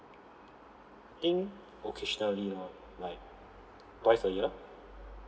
I think occasionally lor like twice a year